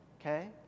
okay